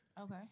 Okay